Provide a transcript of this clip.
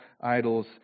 idols